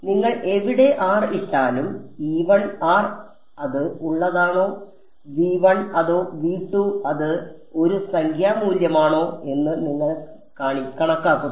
നിങ്ങൾ എവിടെ r ഇട്ടാലും അത് ഉള്ളതാണോ അതോ അത് ഒരു സംഖ്യാ മൂല്യമാണോ എന്ന് നിങ്ങൾ കണക്കാക്കുന്നു